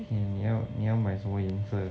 okay 你要你要买什么颜色